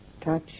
touch